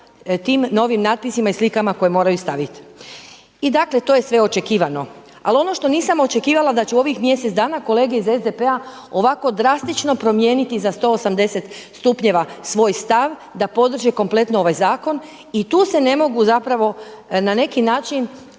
tim novim napisima i slikama koje moraju staviti. I dakle to je sve očekivano. Ali ono što nisam očekivala da će u ovih mjesec dana kolege iz SDP-a ovako drastično promijeniti za 180 stupnjeva svoj stav da podrže kompletno ovaj zakon i tu se ne mogu na neki način